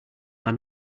are